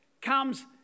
comes